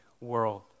world